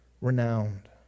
renowned